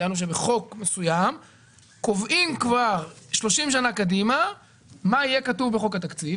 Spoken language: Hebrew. דהיינו שבחוק מסוים קובעים כבר 30 שנים קדימה מה יהיה כתוב בחוק התקציב.